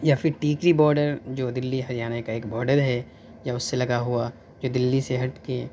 یا پھر ٹیکری باڈر جو دلی ہریانہ کا ایک باڈر ہے یا اس سے لگا ہوا جو دلی سے ہٹ کے